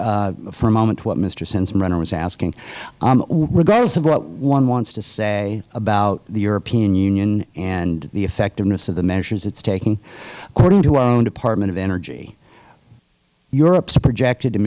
for a moment to what mister sensenbrenner was asking regardless of what one wants to say about the european union and the effectiveness of the measures it is taking according to our own department of energy europe's projected